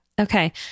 Okay